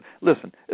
Listen